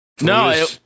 no